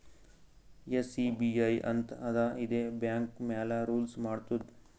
SEBI ಅಂತ್ ಅದಾ ಇದೇ ಬ್ಯಾಂಕ್ ಮ್ಯಾಲ ರೂಲ್ಸ್ ಮಾಡ್ತುದ್